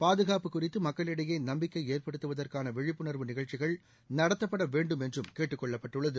பாதுகாப்பு குறித்து மக்களிடையே நம்பிக்கை ஏற்படுத்துவற்கான விழிப்புணர்வு நிகழ்ச்சிகள் நடத்தப்படவேண்டும் என்றும் கேட்டுக்கொள்ளப்பட்டுள்ளது